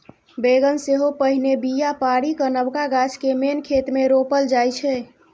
बेगन सेहो पहिने बीया पारि कए नबका गाछ केँ मेन खेत मे रोपल जाइ छै